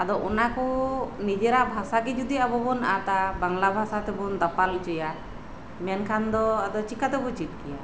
ᱚᱱᱟ ᱠᱚ ᱱᱤᱡᱮᱨᱟᱜ ᱵᱷᱟᱥᱟ ᱜᱮ ᱡᱩᱫᱤ ᱟᱵᱚ ᱵᱚᱱ ᱟᱫᱟ ᱵᱟᱝᱞᱟ ᱵᱷᱟᱥᱟ ᱛᱮᱵᱚᱱ ᱫᱟᱯᱟᱞ ᱚᱪᱚᱭᱟ ᱢᱮᱱᱠᱷᱟᱱ ᱫᱚ ᱟᱫᱚ ᱪᱤᱠᱟ ᱛᱮᱵᱚ ᱪᱮᱫ ᱠᱮᱭᱟ